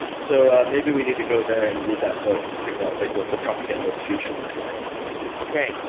so maybe we need to go there and read that book to figure out like what the propaganda of the future looks like okay.